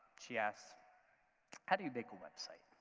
she asked how do you make a website?